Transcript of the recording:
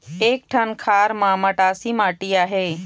एक ठन खार म मटासी माटी आहे?